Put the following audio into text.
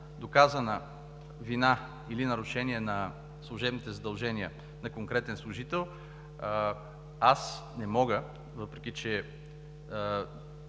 доказана вина или нарушение на служебните задължения на конкретен служител, аз не мога, въпреки че